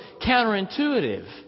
counterintuitive